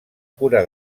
cura